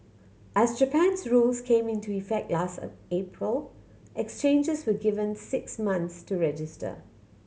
as Japan's rules came into effect last April exchanges were given six months to register